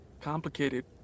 complicated